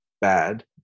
bad